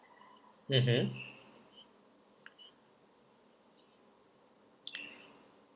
mmhmm